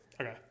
Okay